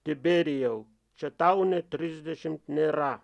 tiberijau čia tau nė trisdešimt nėra